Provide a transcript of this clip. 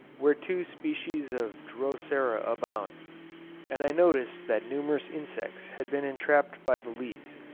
where two species of drosera abound and i noticed that numerous insects had been entrapped by the leaves.